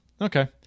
okay